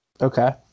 Okay